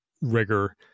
rigor